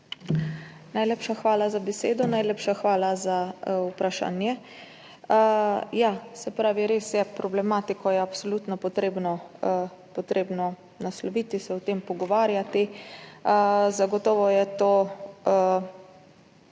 Najlepša hvala za besedo. Najlepša hvala za vprašanje. Ja, res je, problematiko je absolutno treba nasloviti, se o tem pogovarjati. Zagotovo je to